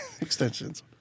extensions